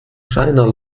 reiner